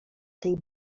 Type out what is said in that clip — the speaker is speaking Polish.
tej